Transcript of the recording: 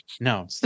No